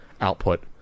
output